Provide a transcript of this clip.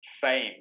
fame